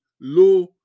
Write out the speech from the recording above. lo